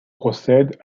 procède